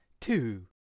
two